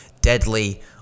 deadly